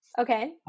Okay